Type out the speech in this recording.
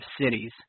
cities